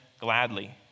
gladly